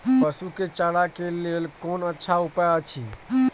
पशु के चारा के लेल कोन अच्छा उपाय अछि?